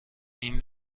این